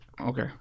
Okay